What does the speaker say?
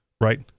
right